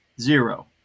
Zero